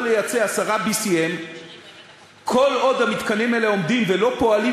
יכול לייצא 10 BCM. כל עוד המתקנים האלה עומדים ולא פועלים,